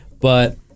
But-